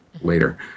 later